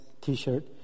t-shirt